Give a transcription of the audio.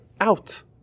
out